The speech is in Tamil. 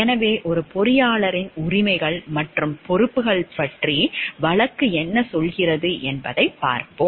எனவே ஒரு பொறியாளரின் உரிமைகள் மற்றும் பொறுப்புகள் பற்றி வழக்கு என்ன சொல்கிறது என்பதைப் பார்ப்போம்